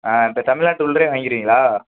ஆ இதை தமிழ்நாட்டு உள்ளேயே வாங்கிடுவீங்களா